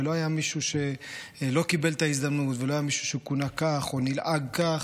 ולא היה מישהו שלא קיבל את ההזדמנות ולא היה מישהו שכונה כך או נלעג כך.